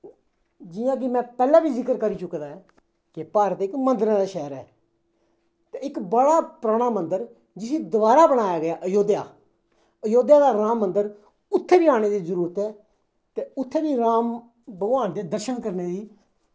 जियां कि में पैह्लें बी जिकर करी चुके दा आं के भारत इक मन्दरें दा शैह्र ऐ ते इक बड़ा पराना मन्दर जिसी दबारा बनाया गेआ अयोध्या अयोध्या दा राम मन्दर उत्थें बी आने दी जरूरत ऐ ते उत्थें बी राम भगवान दे दर्शन करने दी